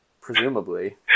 presumably